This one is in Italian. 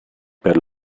per